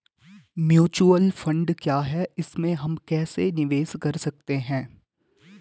Mutual fund क्या है इसमें हम कैसे निवेश कर सकते हैं?